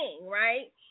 right